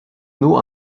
noue